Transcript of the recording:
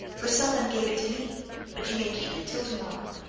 for some one gave it to me but you may keep it till to-morrow